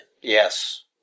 Yes